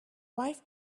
wife